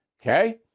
Okay